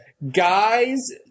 Guys